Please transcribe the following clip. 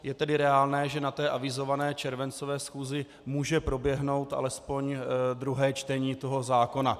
Je tedy reálné, že na té avizované červencové schůzi může proběhnout alespoň druhé čtení zákona.